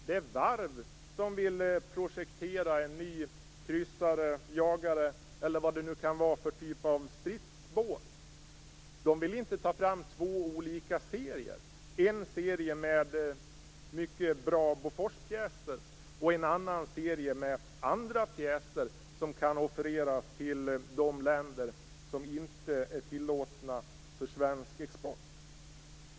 Det varv som vill projektera en ny kryssare, jagare eller vad det nu kan vara för typ av stridsbåt vill inte ta fram två olika serier - en med mycket bra Boforspjäser och en annan med andra pjäser, som kan offereras till de länder som inte är tillåtna för svensk export.